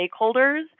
stakeholders